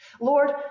Lord